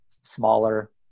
smaller